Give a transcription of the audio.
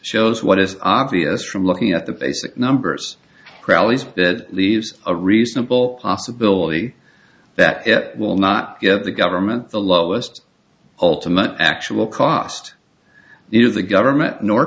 shows what is obvious from looking at the basic numbers crowleys that leaves a reasonable possibility that it will not give the government the lowest ultimate actual cost of the government nor